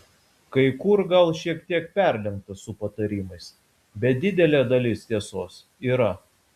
kai kur gal šiek tiek perlenkta su patarimais bet didelė dalis tiesos yra